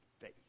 faith